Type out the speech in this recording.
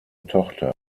tochter